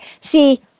See